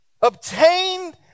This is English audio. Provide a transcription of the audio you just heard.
Obtained